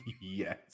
Yes